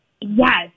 Yes